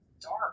dark